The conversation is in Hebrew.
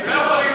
הם לא יכולים,